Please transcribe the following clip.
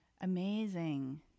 Amazing